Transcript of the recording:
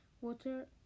water